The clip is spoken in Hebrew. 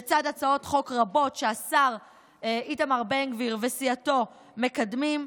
לצד הצעות חוק רבות שהשר איתמר בן גביר וסיעתו מקדמים,